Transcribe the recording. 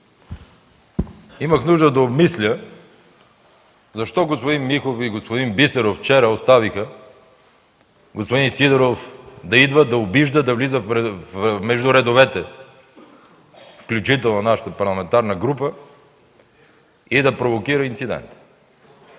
Имах нужда да обмисля защо господин Миков и господин Бисеров вчера оставиха господин Сидеров да идва, да обижда, да влиза между редовете, включително в нашата парламентарна група и да провокира инцидент.